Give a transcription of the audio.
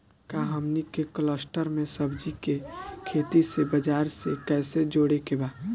का हमनी के कलस्टर में सब्जी के खेती से बाजार से कैसे जोड़ें के बा?